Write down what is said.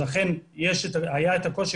אכן היה את הקושי,